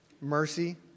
mercy